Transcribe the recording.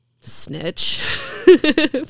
snitch